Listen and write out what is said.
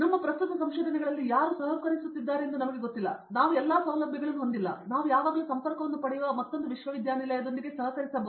ನಮ್ಮ ಪ್ರಸ್ತುತ ಸಂಶೋಧನೆಗಳಲ್ಲಿ ಯಾರು ಸಹಕರಿಸುತ್ತಿದ್ದಾರೆಂದು ನಮಗೆ ಗೊತ್ತಿಲ್ಲ ನಾವು ಎಲ್ಲಾ ಸೌಲಭ್ಯಗಳನ್ನು ಹೊಂದಿಲ್ಲ ಆದರೆ ನಾವು ಯಾವಾಗಲೂ ಸಂಪರ್ಕವನ್ನು ಪಡೆಯುವ ಮತ್ತೊಂದು ವಿಶ್ವವಿದ್ಯಾನಿಲಯದೊಂದಿಗೆ ಸಹಕರಿಸಬಹುದು